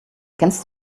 kennst